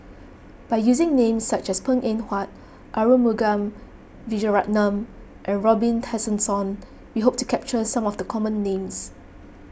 by using names such as Png Eng Huat Arumugam Vijiaratnam and Robin Tessensohn we hope to capture some of the common names